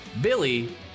Billy